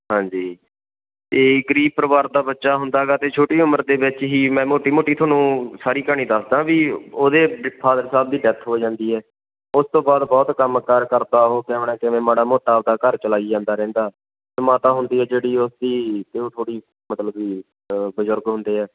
ਹਾਂਜੀ ਅਤੇ ਗਰੀਬ ਪਰਿਵਾਰ ਦਾ ਬੱਚਾ ਹੁੰਦਾ ਹੈਗਾ ਅਤੇ ਛੋਟੀ ਉਮਰ ਦੇ ਵਿੱਚ ਹੀ ਮੈਂ ਮੋਟੀ ਮੋਟੀ ਤੁਹਾਨੂੰ ਸਾਰੀ ਕਹਾਣੀ ਦੱਸਦਾ ਵੀ ਉਹਦੇ ਡੇ ਫਾਦਰ ਸਾਹਿਬ ਦੀ ਡੈਥ ਹੋ ਜਾਂਦੀ ਹੈ ਉਸ ਤੋਂ ਬਾਅਦ ਬਹੁਤ ਕੰਮ ਕਾਰ ਕਰਦਾ ਉਹ ਕਿਵੇਂ ਨਾ ਕਿਵੇਂ ਮਾੜਾ ਮੋਟਾ ਆਪਣਾ ਘਰ ਚਲਾਈ ਜਾਂਦਾ ਰਹਿੰਦਾ ਅਤੇ ਮਾਤਾ ਹੁੰਦੀ ਹੈ ਜਿਹੜੀ ਉਸਦੀ ਅਤੇ ਉਹ ਥੋੜ੍ਹੀ ਮਤਲਬ ਵੀ ਬਜ਼ੁਰਗ ਹੁੰਦੇ ਆ